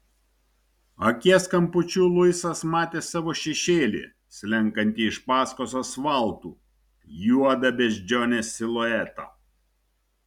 akies kampučiu luisas matė savo šešėlį slenkantį iš paskos asfaltu juodą beždžionės siluetą